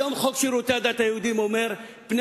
היום חוק שירותי הדת היהודיים אומר: פני